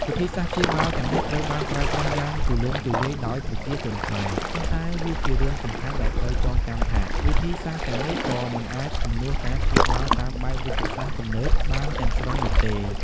វិធីសាស្ត្រព្យាបាលទាំងនេះត្រូវបានប្រើប្រាស់យ៉ាងទូលំទូលាយដោយប្រជាជនខ្មែរ ប៉ុន្តែវាជារឿងសំខាន់ដែលត្រូវចងចាំថា វិធីសាស្ត្រទាំងនេះក៏មិនអាចជំនួសការព្យាបាលតាមបែបវេជ្ជសាស្ត្រទំនើបបានទាំងស្រុងនោះទេ។